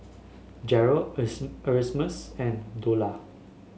Jeryl Erasmus and Dola